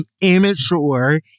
immature